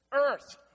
earth